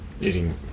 Eating